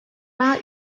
our